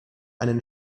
einen